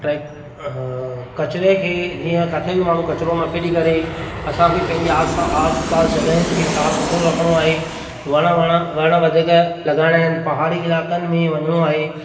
track किचिरे खे जीअं काथे बि माण्हू किचिरो न फिटी करे असांखे पंहिंजी आस आस पास जॻहियूं खे साफ़ सुथिरो रखिणो आहे वण वण वण वधीक लॻाइणा आहिनि पहाड़ी इलाइक़नि में वञिणो आहे